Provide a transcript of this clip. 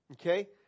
Okay